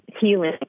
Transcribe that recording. healing